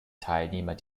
teilnehmer